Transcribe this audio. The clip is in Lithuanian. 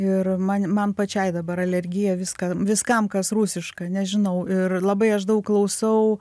ir man man pačiai dabar alergija viską viskam kas rusiška nežinau ir labai aš daug klausau